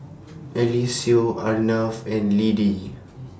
Eliseo Arnav and Lidie